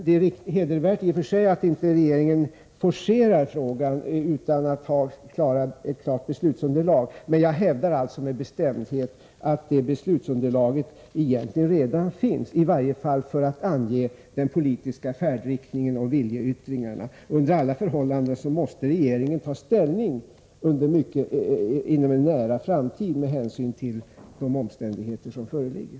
Det är i och för sig hedervärt att regeringen inte forcerar frågan utan vill ha ett klart beslutsunderlag. Men jag hävdar med bestämdhet att beslutsunderlag redan finns — i varje fall för att ange färdriktningen och viljeyttringarna. Under alla förhållanden måste regeringen ta ställning i en nära framtid, med hänsyn till de omständigheter som föreligger.